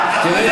תאמין